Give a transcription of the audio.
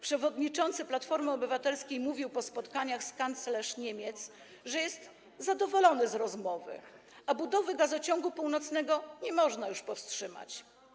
Przewodniczący Platformy Obywatelskiej mówił po spotkaniach z kanclerz Niemiec, że jest zadowolony z rozmowy, a budowy Gazociągu Północnego nie można już powstrzymać.